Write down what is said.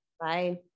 Bye